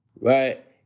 right